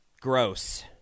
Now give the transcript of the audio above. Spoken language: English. gross